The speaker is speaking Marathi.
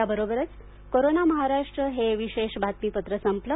याबरोबरच कोरोना महाराष्ट्र हे विशेष बातमीपत्र संपलं